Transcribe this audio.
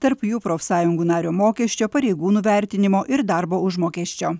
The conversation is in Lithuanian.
tarp jų profsąjungų nario mokesčio pareigūnų vertinimo ir darbo užmokesčio